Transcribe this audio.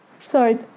Sorry